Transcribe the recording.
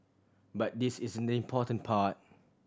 but this isn't the important part